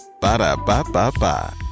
ba-da-ba-ba-ba